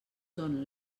són